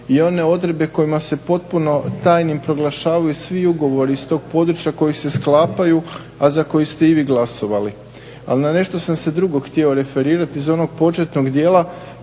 i one odredbe kojima se potpuno tajnim proglašavaju svi ugovori iz tog područja koji se sklapaju, a za koji ste i vi glasovali. A na nešto sam se drugo htio referirati, iz onog početnog dijela